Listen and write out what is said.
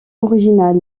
original